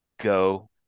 go